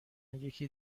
یکی